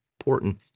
important